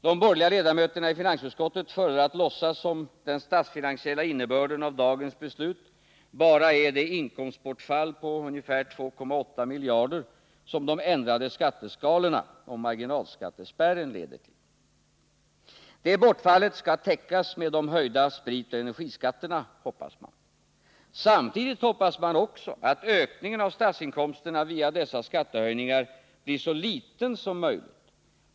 De borgerliga ledamöterna i finansutskot tet föredrar att låtsas som om den statsfinansiella innebörden av dagens beslut bara är det inkomstbortfall på 2,8 miljarder som de ändrade skatteskalorna och marginalskattespärren leder till. Det bortfallet skall täckas med de höjda spritoch energiskatterna, hoppas man. Samtidigt hoppas man också att ökningen av statsinkomsterna via dessa skattehöjningar blir så liten som möjligt.